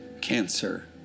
cancer